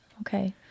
Okay